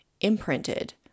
imprinted